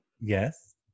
Yes